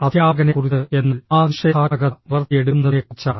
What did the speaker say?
അധ്യാപകനെക്കുറിച്ച് എന്നാൽ ആ നിഷേധാത്മകത വളർത്തിയെടുക്കുന്നതിനെക്കുറിച്ചാണ്